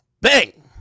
Bang